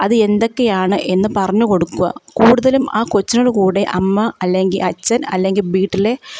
അത് എന്തൊക്കെയാണ് എന്ന് പറഞ്ഞ് കൊടുക്കുക കൂടുതലും ആ കൊച്ചിൻ്റെ കൂടെ അമ്മ അല്ലെങ്കിൽ അച്ഛൻ അല്ലെങ്കിൽ വീട്ടിലെ